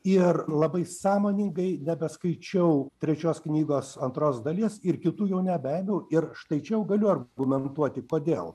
ir labai sąmoningai nebeskaičiau trečios knygos antros dalies ir kitų jau nebeėmiau ir štai čia jau galiu argumentuoti kodėl